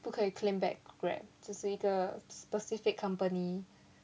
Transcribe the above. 不可以 claim back grab 这是一个 specific company